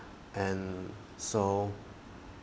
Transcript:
and so